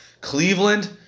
Cleveland